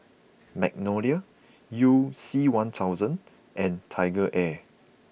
Magnolia you C one thousand and TigerAir